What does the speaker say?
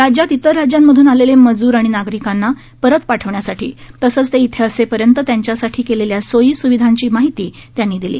राज्यात इतर राज्यांमधून आलेले मजूर आणि नागरिकांना परत पाठवण्यासाठी तसंच ते इथे असेपर्यंत त्यांच्यासाठी केलेल्या सोयी सुविधांची माहिती त्यांनी दिली